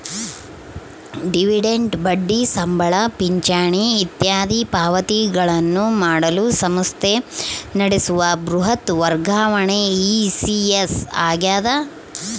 dividend ಬಡ್ಡಿ ಸಂಬಳ ಪಿಂಚಣಿ ಇತ್ಯಾದಿ ಪಾವತಿಗಳನ್ನು ಮಾಡಲು ಸಂಸ್ಥೆ ನಡೆಸುವ ಬೃಹತ್ ವರ್ಗಾವಣೆ ಇ.ಸಿ.ಎಸ್ ಆಗ್ಯದ